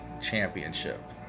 Championship